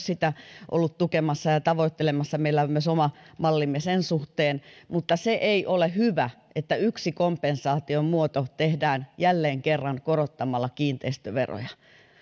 sitä ollut tukemassa ja tavoittelemassa meillä on myös oma mallimme sen suhteen mutta se ei ole hyvä että yksi kompensaation muoto tehdään jälleen kerran korottamalla kiinteistöveroja